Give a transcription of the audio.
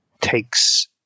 takes